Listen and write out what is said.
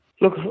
Look